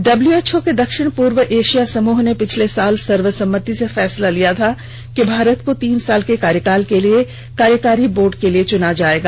WHO के दक्षिण पूर्व एशिया समूह ने पिछले साल सर्वसम्मति से फैसला किया था कि भारत को तीन साल के कार्यकाल के लिए कार्यकारी बोर्ड के लिए चुना जाएगा